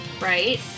right